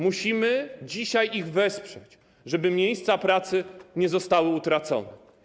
Musimy dzisiaj ich wesprzeć, żeby miejsca pracy nie zostały utracone.